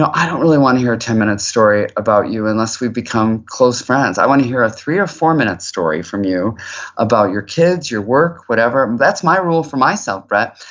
i don't really want to hear a ten minute story about you unless we become close friends. i want to hear a three or four minute story from you about your kids, your work, whatever. that's my rule for myself, brett.